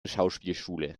schauspielschule